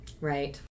Right